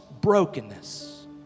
brokenness